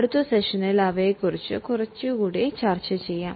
അടുത്ത സെഷനിൽ നമ്മൾ അവയെ ക്കുറിച്ച് കൂടുതൽ ചർച്ച ചെയ്യും